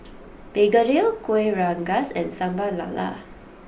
Begedil Kueh Rengas and Sambal Lala